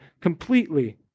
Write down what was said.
completely